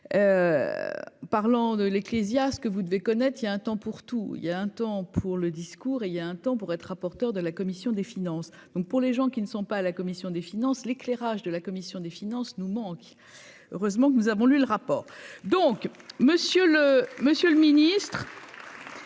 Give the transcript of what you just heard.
Parlant de l'Ecclésiaste que vous devez connaître il y a un temps pour tout, il y a un temps pour le discours et il y a un temps pour être rapporteur de la commission des finances, donc, pour les gens qui ne sont pas à la commission des finances l'éclairage de la commission des finances nous manque, heureusement que nous avons lu le rapport donc. Monsieur le monsieur